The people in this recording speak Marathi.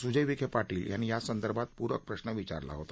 सुजय विखे पाटील यांनी यासंदर्भात पूरक प्रश्न विचारला होता